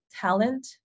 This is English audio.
talent